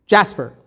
Jasper